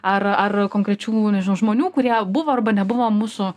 ar ar konkrečių nežinau žmonių kurie buvo arba nebuvo mūsų